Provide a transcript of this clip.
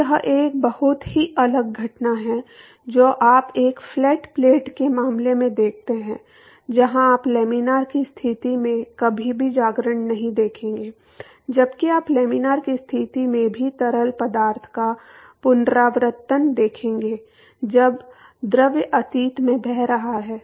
तो यह एक बहुत ही अलग घटना है जो आप एक फ्लैट प्लेट के मामले में देखते हैं जहां आप लैमिनार की स्थिति में कभी भी जागरण नहीं देखेंगे जबकि आप लैमिनार की स्थिति में भी तरल पदार्थ का पुनरावर्तन देखेंगे जब द्रव अतीत में बह रहा है